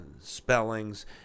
spellings